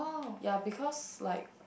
ya because like